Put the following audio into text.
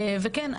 וכן,